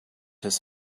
his